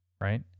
right